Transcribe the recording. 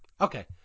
Okay